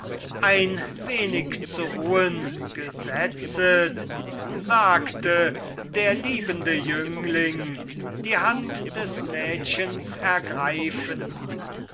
ein wenig zu ruhen gesetzet sagte der liebende jüngling die hand des mädchens ergreifend